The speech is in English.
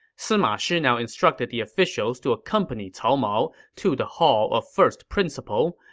sima shi now instructed the officials to accompany cao mao to the hall of first principle,